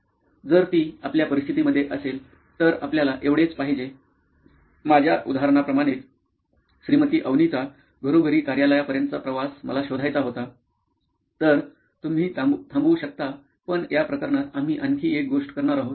जर ती आपल्या परिस्थिती मध्ये असेल तर आपल्याला एवढेच पाहिजे माझ्या उदाहरणाप्रमाणेच श्रीमती अवनीचा घरोघरी कार्यालया पर्यंतचा प्रवास मला शोधायचा होता तर तुम्ही थांबवू शकता पण या प्रकरणात आम्ही आणखी एक गोष्ट करणार आहोत